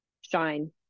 Shine